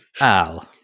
Al